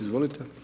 Izvolite.